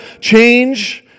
change